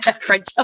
French